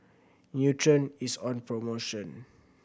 Nutren is on promotion